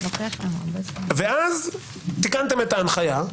ואז תיקנתם את ההנחיה,